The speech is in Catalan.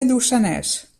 lluçanès